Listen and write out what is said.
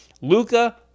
Luca